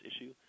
issue